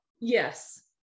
yes